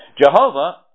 Jehovah